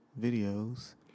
videos